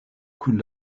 kun